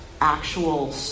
actual